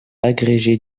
agrégé